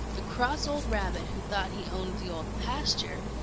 the cross old rabbit who thought he owned the old pasture,